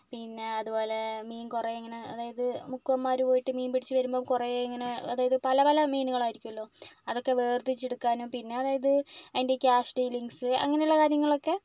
പിന്നെ അതുപോലെ മീൻ കുറെ ഇങ്ങനെ അതായത് മുക്കുവന്മാര് പോയിട്ട് മീൻപിടിച്ചു വരുമ്പം കുറെ ഇങ്ങനെ അതായത് പല പല മീനുകളായിരിക്കുവല്ലോ അതൊക്കെ വേർതിരിച്ചെടുക്കാനും പിന്നെ അതായത് അതിൻ്റെ ക്യാഷ് ഡീലിംഗ്സ് അങ്ങനെയുള്ള കാര്യങ്ങളൊക്കെ